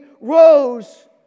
rose